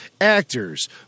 actors